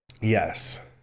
Yes